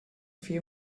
few